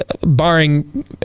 barring